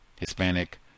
Hispanic